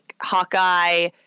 Hawkeye